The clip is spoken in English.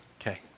Okay